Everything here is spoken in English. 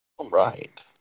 Right